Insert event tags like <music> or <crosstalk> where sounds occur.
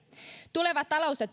tuleva talous ja <unintelligible>